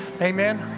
Amen